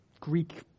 Greek